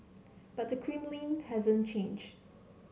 but the Kremlin hasn't changed